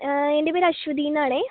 എൻ്റെ പേര് അശ്വതി എന്ന് ആണേ